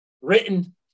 written